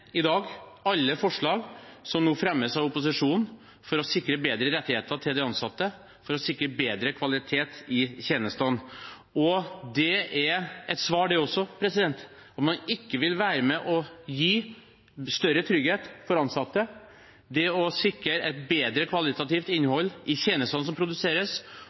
i dag, alle forslag som nå fremmes av opposisjonen for å sikre bedre rettigheter til de ansatte og for å sikre bedre kvalitet i tjenestene. Det er et svar, det også – at man ikke vil være med på å gi større trygghet for de ansatte ved å sikre et bedre kvalitativt innhold i tjenestene som produseres,